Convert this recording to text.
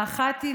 האחת היא